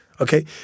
Okay